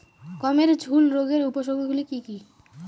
গমের ঝুল রোগের উপসর্গগুলি কী কী?